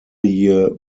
year